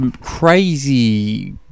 crazy